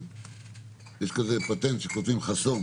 יש כזה פטנט שכותבים "חסום".